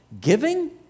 giving